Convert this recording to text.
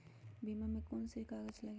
बीमा में कौन कौन से कागज लगी?